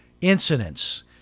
incidents